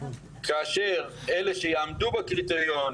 כאשר אלה שיעמדו בקריטריונים